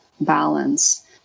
balance